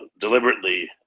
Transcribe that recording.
deliberately